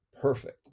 Perfect